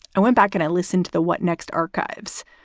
i went back and i listened to the what next archives,